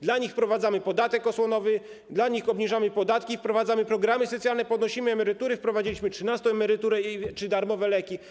Dla nich wprowadzamy podatek osłonowy, dla nich obniżamy podatki i wprowadzamy programy socjalne, podnosimy emerytury, wprowadziliśmy trzynastą emeryturę czy darmowe leki.